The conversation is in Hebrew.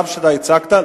גם כשאתה הצגת,